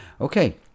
Okay